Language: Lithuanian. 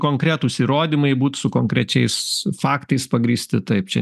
konkretūs įrodymai būt su konkrečiais faktais pagrįsti taip čia